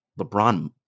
LeBron